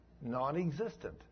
non-existent